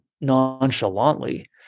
nonchalantly